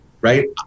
right